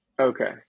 Okay